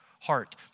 heart